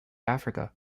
africa